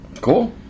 Cool